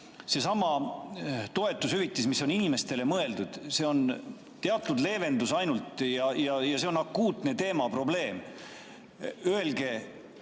seesama toetushüvitis, mis on inimestele mõeldud, on ainult teatud leevendus ja see on akuutne teemaprobleem.